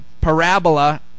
parabola